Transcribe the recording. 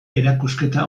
erakusketa